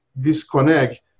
disconnect